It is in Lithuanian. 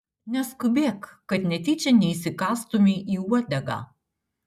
neskubėk kad netyčia neįsikąstumei į uodegą